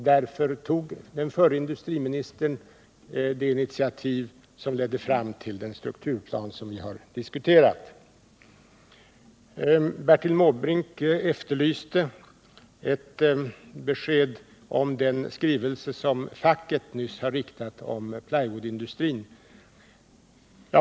Därför tog förre industriministern det initiativ som ledde fram till den strukturplan som vi har diskuterat. Bertil Måbrink efterlyste ett besked om den skrivelse som facket nyss har avgivit om plywoodindustrin.